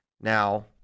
Now